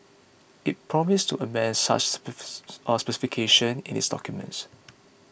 it promised to amend such specifications in its documents